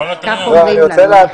כך אומרים לנו,